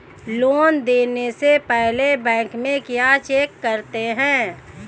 Loan देने से पहले बैंक में क्या चेक करते हैं?